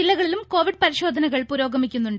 ജില്ലകളിലും കോവിഡ് പരിശോധനകൾ പുരോഗമിക്കുന്നുണ്ട്